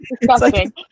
Disgusting